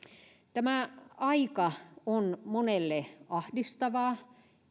tämä aika on monelle ahdistavaa